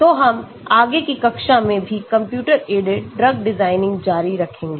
तो हम आगे की कक्षा में भी कंप्यूटर एडेड ड्रग डिज़ाइन जारी रखेंगे